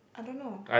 I don't know